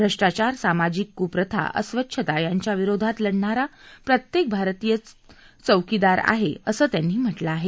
भ्रष्टाचार सामाजिक कुप्रथा अस्वच्छता यांच्याविरोधात लढणारा प्रत्येक भारतीय चौकीदार आहे असं त्यांनी म्हटलं आहे